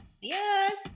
Yes